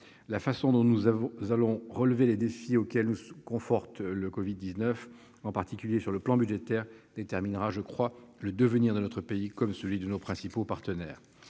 La façon dont nous allons relever les défis auxquels nous confronte le covid-19, en particulier d'un point de vue budgétaire, déterminera le devenir de notre pays, comme celui de nos principaux partenaires.